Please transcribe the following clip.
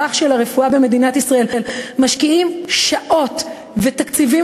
ומערך הרפואה במדינת ישראל משקיעים שעות ותקציבים